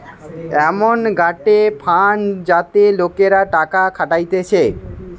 এমন গটে ফান্ড যাতে লোকরা টাকা খাটাতিছে